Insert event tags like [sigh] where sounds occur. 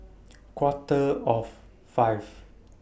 [noise] Quarter of five